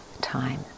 time